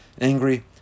angry